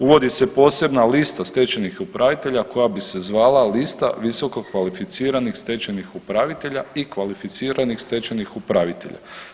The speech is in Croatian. Uvodi se posebna lista stečajnih upravitelja koja bi se zvala lista viskokvalificiranih stečajnih upravitelja i kvalificiranih stečajnih upravitelja.